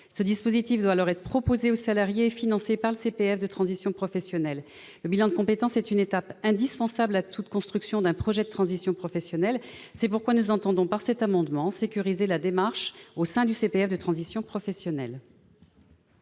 Ce dispositif doit alors être proposé au salarié et financé par le CPF de transition professionnelle. Le bilan de compétences est une étape indispensable à toute construction d'un projet de transition professionnelle. C'est pourquoi nous entendons, par cet amendement, sécuriser la démarche au sein du CPF de transition professionnelle.